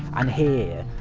and here.